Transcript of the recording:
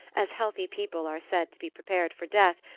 as healthy people are said to be prepared for death,